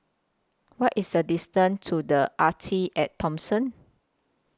What IS The distance to The Arte At Thomson